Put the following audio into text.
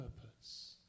purpose